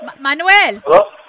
Manuel